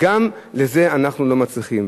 זה אנחנו לא מצליחים.